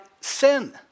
sin